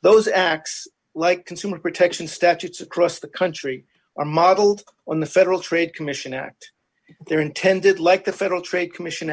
those acts like consumer protection statutes across the country are modeled on the federal trade commission act they're intended like the federal trade commission